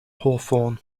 hawthorn